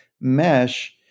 mesh